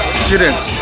students